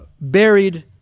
buried